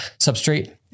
substrate